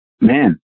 Man